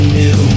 new